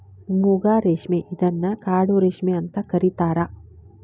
ಮೂಗಾ ರೇಶ್ಮೆ ಇದನ್ನ ಕಾಡು ರೇಶ್ಮೆ ಅಂತ ಕರಿತಾರಾ